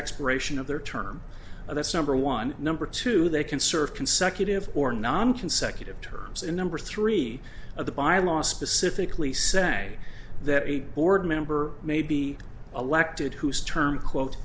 expiration of their term that's number one number two they can serve consecutive or nonconsecutive terms in number three of the by law specifically say that a board member may be elected whose term quote